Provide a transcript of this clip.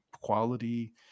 quality